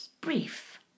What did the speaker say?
Brief